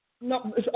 No